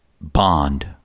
bond